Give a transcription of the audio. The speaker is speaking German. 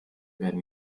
werden